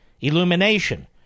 illumination